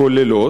הכוללות: